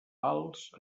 vals